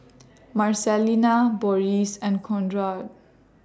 Marcelina Boris and Conrad